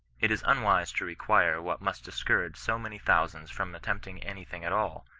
it is unwise to require what must discourage so many thousands from attempting any thing at all,